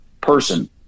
person